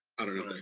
i don't know. like